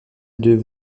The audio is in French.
deux